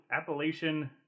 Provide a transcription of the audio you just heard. Appalachian